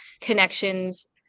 connections